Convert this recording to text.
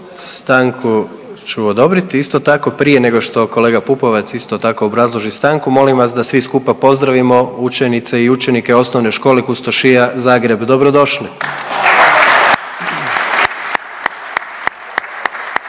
Stanku ću odobriti, isto tako prije nego što kolega Pupovac isto tako obrazloži stanku, molim vas da svi skupa pozdravimo učenice i učenike Osnovne škole Kustošija Zagreb, dobrodošli.